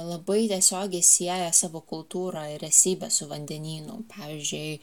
labai tiesiogiai sieja savo kultūrą ir esybę su vandenynu pavyzdžiui